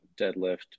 deadlift